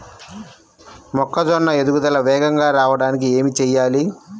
మొక్కజోన్న ఎదుగుదల వేగంగా రావడానికి ఏమి చెయ్యాలి?